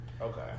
okay